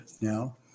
now